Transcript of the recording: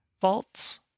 vaults